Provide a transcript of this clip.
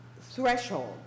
threshold